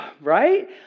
right